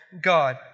God